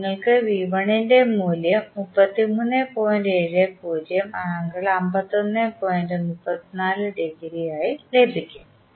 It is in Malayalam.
നിങ്ങൾക്ക് V 1 ന്റെ മൂല്യം ആയി ലഭിക്കും